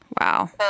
Wow